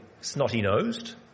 snotty-nosed